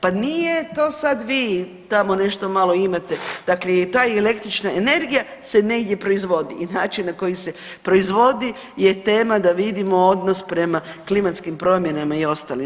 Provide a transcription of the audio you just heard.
Pa nije to sad vi tamo nešto malo imate, dakle i ta električna energija se negdje proizvodi i način na koji se proizvodi je tema da vidimo odnos prema klimatskim promjenama i ostalima.